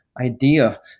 idea